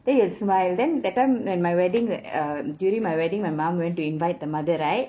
then he will smile then that time when my wedding the um during my wedding my mum went to invite the mother right